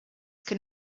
can